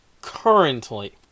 currently